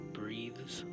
breathes